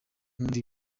nkunda